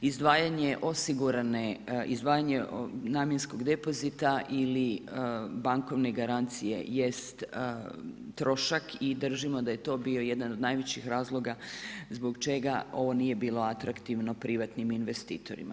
Izdvajanje osigurane, izdvajanje namjenskog depozita ili bankovne garancije jest trošak i držimo da je to bio jedan od najvećih razloga zbog čega ovo nije bilo atraktivno privatnim investitorima.